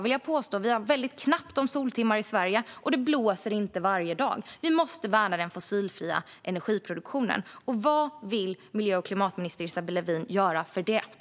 Vi har väldigt ont om soltimmar i Sverige, och det blåser inte varje dag. Vi måste värna den fossilfria energiproduktionen. Vad vill miljö och klimatminister Isabella Lövin göra för det?